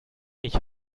ich